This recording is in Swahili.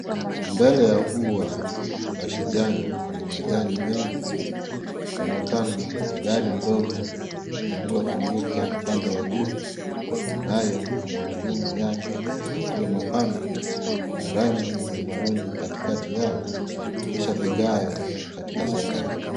Mbele ya ua la kijani yenye majani mengi laonekana gari ndogo lililofunguka upande wa juu nayo gurudumu yake yakiwa mapana na rangi ya maruni katikati yao na kisha vigae katika sakafu.